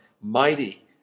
mighty